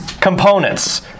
components